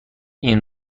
این